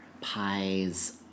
pies